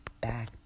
back